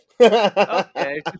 okay